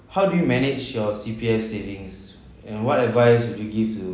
how do you manage your C_P_F savings and what advice would you give to